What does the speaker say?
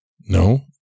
no